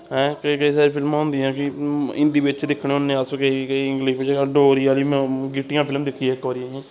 ऐं केईं केई ऐसियां फिल्मां होंदियां कि हिन्दी बिच्च दिक्खने होन्ने अस केईं केईं इग्लिश बिच्च डोगरी आह्ली गीह्टियां फिल्म दिक्खी इक बारी